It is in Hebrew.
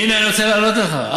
הינה, אני רוצה לענות לך.